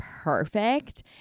perfect